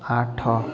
ଆଠ